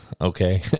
okay